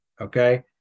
okay